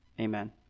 amen